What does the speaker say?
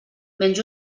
menys